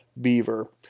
Beaver